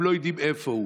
הם לא יודעים איפה הוא.